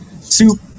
soup